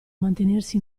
mantenersi